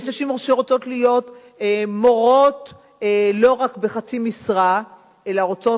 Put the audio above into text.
יש נשים שרוצות להיות מורות לא רק בחצי משרה אלא רוצות